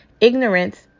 Ignorance